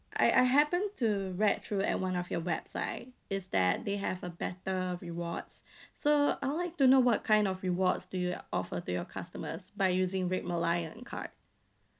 I I happened to read through at one of your website it's that they have a better rewards so I'd like to know what kind of rewards do you offer to your customers by using red malayan card